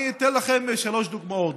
אני אתן לכם שלוש דוגמאות.